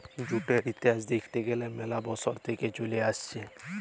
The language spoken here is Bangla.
জুটের ইতিহাস দ্যাখতে গ্যালে ম্যালা বসর থেক্যে চলে আসছে